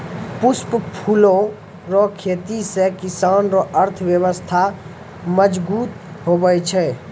पुष्प फूलो रो खेती से किसान रो अर्थव्यबस्था मजगुत हुवै छै